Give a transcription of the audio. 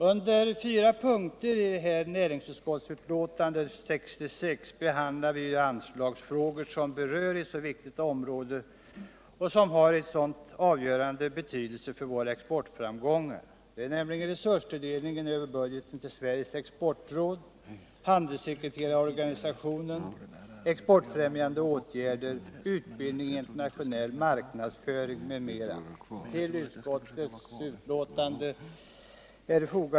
Under fyra punkter i näringsutskottets betänkande nr 66 behandlar vi anslagsfrågor som berör ett viktigt område som har avgörande betydelse för våra exportframgångar, nämligen resurstilldelningen över budgeten till Sveriges exportråd, handelssekreterarorganisationen, exportfrämjande åtgärder och utbildning i internationell marknadsföring m.m.